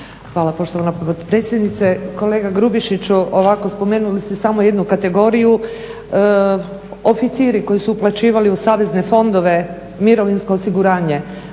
Hvala poštovana potpredsjednice. Kolega Grubišiću ovako spomenuli ste samo jednu kategoriju oficiri koji su uplaćivali u savezne fondove mirovinsko osiguranje,